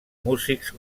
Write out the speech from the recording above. músics